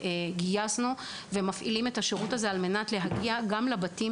גייסנו ומפעילים את השירות על מנת להגיע גם לבתים